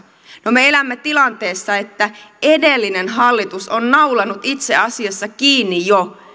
no me elämme tilanteessa että edellinen hallitus on naulannut itse asiassa kiinni jo